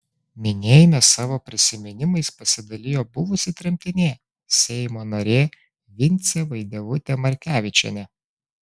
minėjime savo prisiminimais pasidalijo buvusi tremtinė seimo narė vincė vaidevutė markevičienė